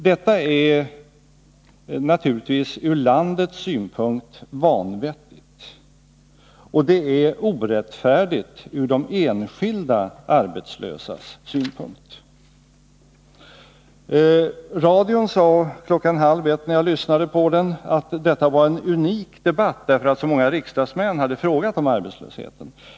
Detta är naturligtvis ur landets synpunkt vanvettigt, och det är orättfärdigt ur de enskilda arbetslösas synpunkt. Radion sade klockan halv ett, då jag lyssnade, att detta var en unik debatt därför att så många riksdagsmän hade frågat om arbetslösheten.